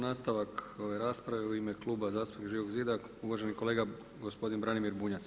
Nastavak ove rasprave u ime Kluba zastupnika Živog zida, uvaženi kolega gospodin Branimir Bunjac.